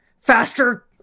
faster